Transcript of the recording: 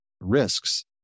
risks